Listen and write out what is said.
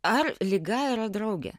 ar liga yra draugė